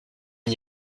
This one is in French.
n’y